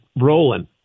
rolling